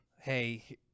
hey